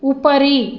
उपरि